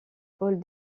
pôles